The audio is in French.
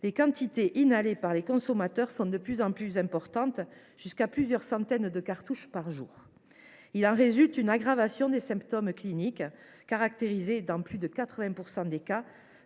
les quantités inhalées par les consommateurs sont de plus en plus importantes, pouvant aller jusqu’à plusieurs centaines de cartouches par jour. Il en résulte une aggravation des symptômes cliniques, caractérisés, dans plus de 80 % des cas,